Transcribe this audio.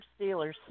Steelers